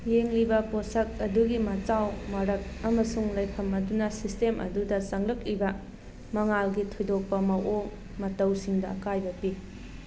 ꯌꯦꯡꯂꯤꯕ ꯄꯣꯠꯁꯛ ꯑꯗꯨꯒꯤ ꯃꯆꯥꯎ ꯃꯔꯛ ꯑꯃꯁꯨꯡ ꯂꯩꯐꯝ ꯑꯗꯨꯅ ꯁꯤꯁꯇꯦꯝ ꯑꯗꯨꯗ ꯆꯪꯂꯛꯂꯤꯕ ꯃꯉꯥꯜꯒꯤ ꯊꯣꯏꯗꯣꯛꯄ ꯃꯑꯣꯡ ꯃꯇꯧꯁꯤꯡꯗ ꯑꯀꯥꯏꯕ ꯄꯤ